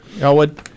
Elwood